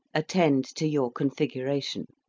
attend to your configuration.